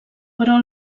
però